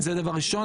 זה דבר ראשון.